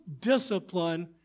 discipline